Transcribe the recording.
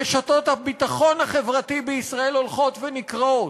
רשתות הביטחון החברתי בישראל הולכות ונקרעות.